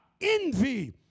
envy